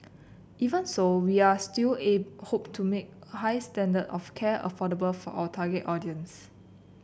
even so we are still ate hope to make high standard of care affordable for our target audience